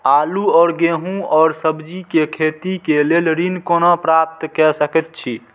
आलू और गेहूं और सब्जी के खेती के लेल ऋण कोना प्राप्त कय सकेत छी?